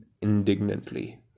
indignantly